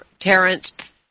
Terrence